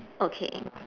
okay